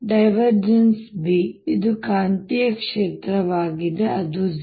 B ಇದು ಕಾಂತೀಯ ಕ್ಷೇತ್ರವಾಗಿದೆ ಅದು 0